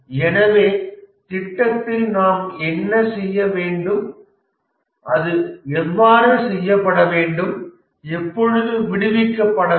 எனவே திட்டத்தில் நாம் என்ன செய்ய வேண்டும் அது எவ்வாறு செய்யப்பட வேண்டும் எப்பொழுது விடுவிக்கப்பட வேண்டும்